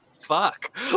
fuck